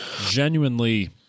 genuinely